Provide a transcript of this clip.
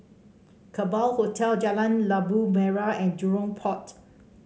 Kerbau Hotel Jalan Labu Merah and Jurong Port